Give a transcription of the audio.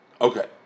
okay